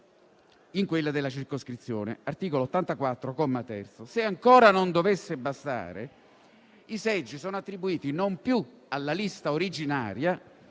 in quella della circoscrizione (articolo 84, comma 3). Se ancora non dovesse bastare, i seggi sono attribuiti non più alla lista originaria,